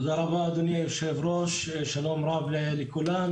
תודה רבה אדוני יושב הראש, שלום רב לכולם.